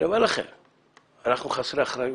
אנחנו חסרי אחריות.